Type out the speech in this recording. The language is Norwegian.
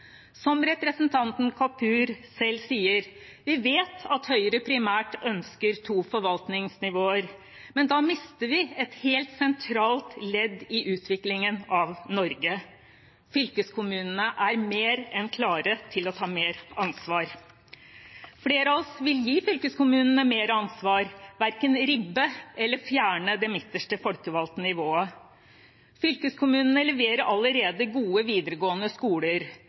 Som representanten Kapur selv sier, ønsker Høyre primært to forvaltningsnivåer. Det vet vi, men da mister vi et helt sentralt ledd i utviklingen av Norge. Fylkeskommunene er mer enn klare til å ta mer ansvar. Flere av oss vil gi fylkeskommunene mer ansvar, verken ribbe eller fjerne det midterste folkevalgte nivået. Fylkeskommunene leverer allerede gode videregående skoler,